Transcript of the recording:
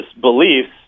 beliefs